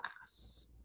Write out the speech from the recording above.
last